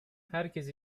herkes